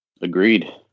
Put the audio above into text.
Agreed